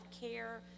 care